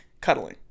Cuddling